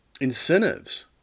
incentives